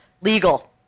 legal